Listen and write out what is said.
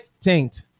taint